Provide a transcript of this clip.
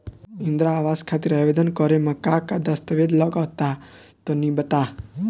इंद्रा आवास खातिर आवेदन करेम का का दास्तावेज लगा तऽ तनि बता?